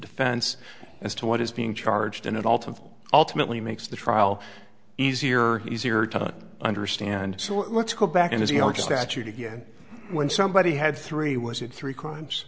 defense as to what is being charged and it all to ultimately makes the trial easier easier to understand so let's go back and as you know it statute again when somebody had three was it three crimes